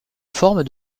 forme